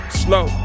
slow